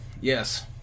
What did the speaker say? Yes